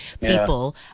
people